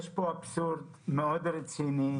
יש פה אבסורד מאוד רציני,